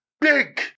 Big